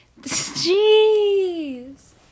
Jeez